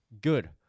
Good